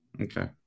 Okay